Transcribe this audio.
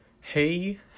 Hey